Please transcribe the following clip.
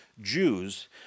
Jews